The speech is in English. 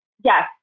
Yes